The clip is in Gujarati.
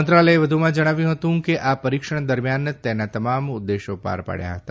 મંત્રાલયે વધુમાં જણાવ્યું હતું કે આ પરિક્ષણ દરમિયાન તેના તમામ ઉદ્દેશો પાર પડ્યા હતા